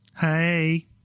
Hey